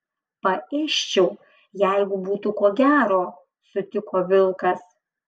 paėsčiau jeigu būtų ko gero sutiko vilkas